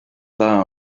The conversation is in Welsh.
dda